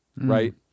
right